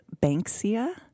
Banksia